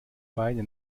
beine